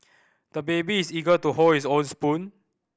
the baby is eager to hold his own spoon